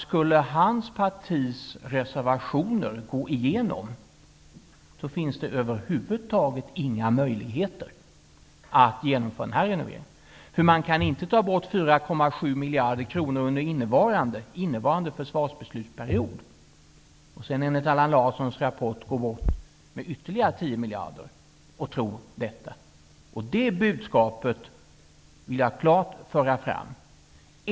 Om hans partis reservationer skulle bifallas finns det över huvud taget inga möjligheter att genomföra denna renovering. Man kan inte ta bort 4,7 miljarder kronor under innevarande försvarsbeslutsperiod och sedan, som föreslås i Allan Larssons rapport, ta bort ytterligare 10 miljarder och tro att man skall kunna renovera båtar. Det budskapet vill jag klart föra fram.